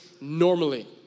normally